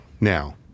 now